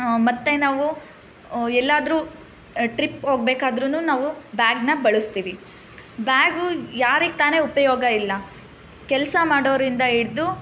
ಮತ್ತೆ ನಾವು ಎಲ್ಲಾದರೂ ಟ್ರಿಪ್ ಹೋಗ್ಬೇಕಾದರುನೂ ನಾವು ಬ್ಯಾಗ್ನ ಬಳಸ್ತೀವಿ ಬ್ಯಾಗು ಯಾರಿಗೆ ತಾನೇ ಉಪಯೋಗ ಇಲ್ಲ ಕೆಲಸ ಮಾಡೋರಿಂದ ಹಿಡಿದು